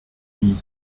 wie